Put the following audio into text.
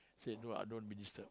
say no ah don't be disturbed